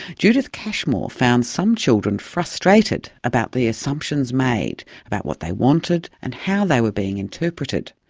judith cashmore found some children frustrated about the assumptions made about what they wanted and how they were being interpreted.